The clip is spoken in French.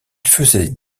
faisait